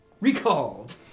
recalled